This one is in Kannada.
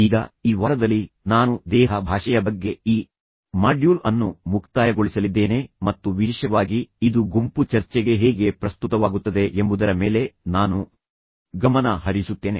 ಈಗ ಈ ವಾರದಲ್ಲಿ ನಾನು ದೇಹ ಭಾಷೆಯ ಬಗ್ಗೆ ಈ ಮಾಡ್ಯೂಲ್ ಅನ್ನು ಮುಕ್ತಾಯಗೊಳಿಸಲಿದ್ದೇನೆ ಮತ್ತು ವಿಶೇಷವಾಗಿ ಇದು ಗುಂಪು ಚರ್ಚೆಗೆ ಹೇಗೆ ಪ್ರಸ್ತುತವಾಗುತ್ತದೆ ಎಂಬುದರ ಮೇಲೆ ನಾನು ಗಮನ ಹರಿಸುತ್ತೇನೆ